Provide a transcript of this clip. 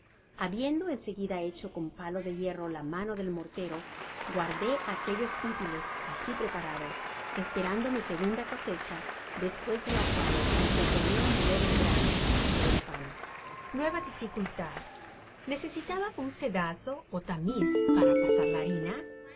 habiendo en seguida hecho coa palo de hierro la mano del mortero guardé aquellos útiles asi preparados esperando mi segunda cosecha despues de la cual me proponia moler el grano para hacer el pan nueva dificultad necesitaba un cedazo ó tamiz para pasar la harina y